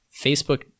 Facebook